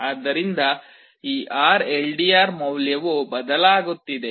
ಆದ್ದರಿಂದ ಈ RLDR ಮೌಲ್ಯವು ಬದಲಾಗುತ್ತಿದೆ